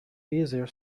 easier